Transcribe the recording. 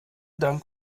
dank